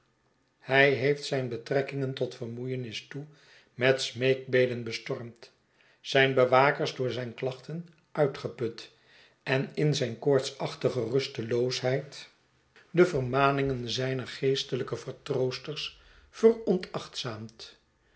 hij heeft zijn betrekkingen tot vermoeiens toe met smeekbeden bestormd zijn bewakers door zijn klachten uitgeput en in zijn koortsachtige rusteloosheid de een bezoek aan newgate vermaningen zijner geestelijke vertroosters veronachtzaamd